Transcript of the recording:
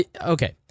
Okay